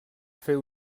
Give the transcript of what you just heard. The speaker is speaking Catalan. fer